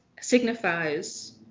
signifies